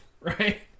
right